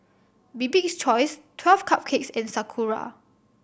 Bibik's Choice Twelve Cupcakes and Sakura